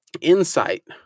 insight